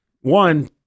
one